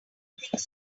ethics